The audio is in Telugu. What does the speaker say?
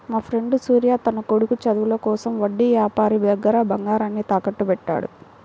మాఫ్రెండు సూర్య తన కొడుకు చదువుల కోసం వడ్డీ యాపారి దగ్గర బంగారాన్ని తాకట్టుబెట్టాడు